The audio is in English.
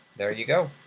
there you go.